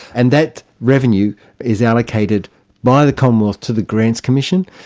and that revenue is allocated by the commonwealth to the grants commission.